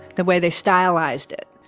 the way they stylized it.